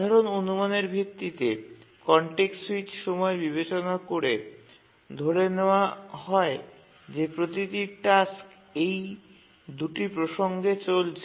সাধারণ অনুমানের ভিত্তিতে কনটেক্সট স্যুইচ সময় বিবেচনা করে ধরে নেওয়া হয় যে প্রতিটি টাস্ক এই ২ টি প্রসঙ্গে চলেছে